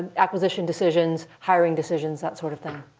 acquisition decisions, hiring decisions, that sort of thing.